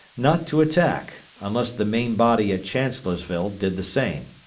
not to attack, unless the main body at chancellorsville did the same.